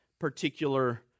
particular